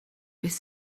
beth